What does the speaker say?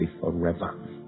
forever